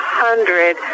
hundred